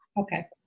Okay